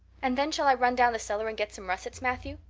and then shall i run down the cellar and get some russets, matthew?